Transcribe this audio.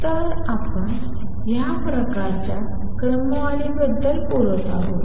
तर आपण ह्या प्रकारच्या क्रमवारी बद्दल बोलत आहोत